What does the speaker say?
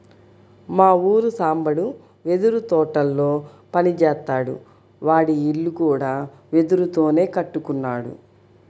మా ఊరి సాంబడు వెదురు తోటల్లో పని జేత్తాడు, వాడి ఇల్లు కూడా వెదురుతోనే కట్టుకున్నాడు